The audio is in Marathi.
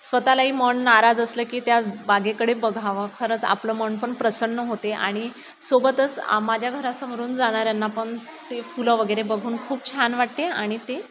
स्वतःलाही मन नाराज असलं की त्या बागेकडे बघावं खरंच आपलं मन पण प्रसन्न होते आणि सोबतच माझ्या घरासमोरून जाणाऱ्यांना पण ते फुलं वगैरे बघून खूप छान वाटते आणि ते